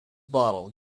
bottle